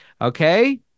Okay